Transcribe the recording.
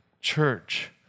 church